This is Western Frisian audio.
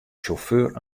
sjauffeur